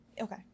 okay